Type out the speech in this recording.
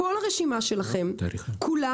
כול הרשימה שלכם כולה,